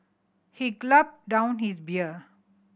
he gulped down his beer